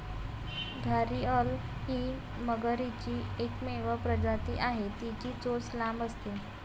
घारीअल ही मगरीची एकमेव प्रजाती आहे, तिची चोच लांब असते